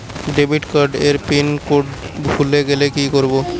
Debit card এর pin code ভুলে গেলে কি করব?